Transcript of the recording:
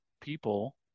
people